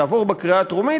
תעבור בקריאה הטרומית,